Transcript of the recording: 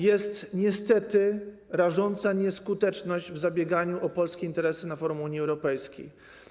Jest niestety rażąca nieskuteczność w zabieganiu o polskie interesy na forum Unii Europejskiej.